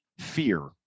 fear